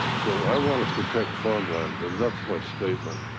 so i wanna protect farmland and that's my statement.